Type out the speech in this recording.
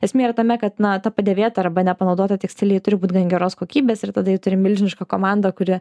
esmė yra tame kad na ta padėvėta arba nepanaudota tekstilė ji turi būt gan geros kokybės ir tada ji turi milžinišką komandą kuri